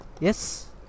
yes